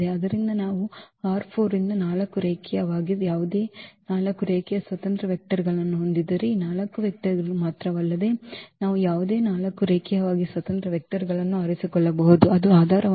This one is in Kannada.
ಆದ್ದರಿಂದ ನಾವು ರಿಂದ 4 ರೇಖೀಯವಾಗಿ ಯಾವುದೇ 4 ರೇಖೀಯ ಸ್ವತಂತ್ರ ವೆಕ್ಟರ್ ಗಳನ್ನು ಹೊಂದಿದ್ದರೆ ಈ 4 ವೆಕ್ಟರ್ ಗಳು ಮಾತ್ರವಲ್ಲದೆ ನಾವು ಯಾವುದೇ 4 ರೇಖೀಯವಾಗಿ ಸ್ವತಂತ್ರ ವೆಕ್ಟರ್ ಗಳನ್ನು ಆರಿಸಿಕೊಳ್ಳಬಹುದು ಅದು ಆಧಾರವನ್ನು ರೂಪಿಸುತ್ತದೆ